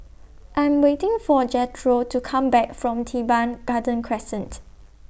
I Am waiting For Jethro to Come Back from Teban Garden Crescent